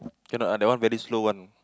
cannot ah that one very slow one